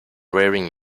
wearing